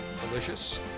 delicious